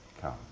Come